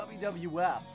wwf